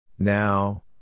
Now